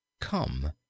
Come